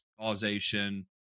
causation